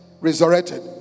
resurrected